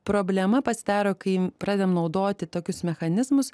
problema pasidaro kai pradedam naudoti tokius mechanizmus